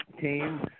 team